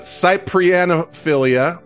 cyprianophilia